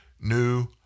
new